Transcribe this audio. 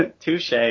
Touche